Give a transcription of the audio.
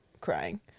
crying